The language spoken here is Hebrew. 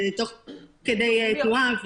יש כאן החלטה ברמה של הסדר ראשוני.